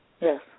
Yes